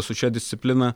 su šia disciplina